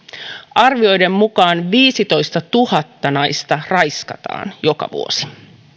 arvioiden mukaan viisitoistatuhatta naista raiskataan joka vuosi